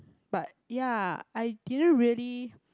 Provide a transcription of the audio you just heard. but ya I didn't really